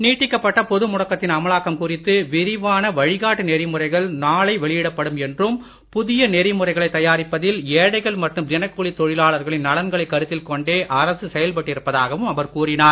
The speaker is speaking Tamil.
நீட்டிக்கப்பட்ட பொது முடக்கத்தின் அமலாக்கம் குறித்து விரிவான வழிகாட்டு நாளை வெளியிடப்படும் என்றும் நெறிமுறைகள் புகிய நெறிமுறைகளைத் தயாரிப்பதில் ஏழைகள் மற்றும் தினக்கூலித் தொழிலாளர்களின் நலன்களைக் கருத்தில் கொண்டே அரசு செயல் பட்டிருப்பதாகவும் அவர் கூறினார்